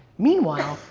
meanwhile,